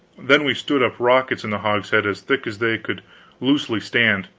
then we stood up rockets in the hogshead as thick as they could loosely stand,